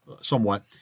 somewhat